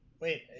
Wait